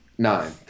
Nine